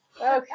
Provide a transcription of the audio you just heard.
Okay